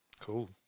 Cool